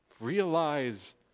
realize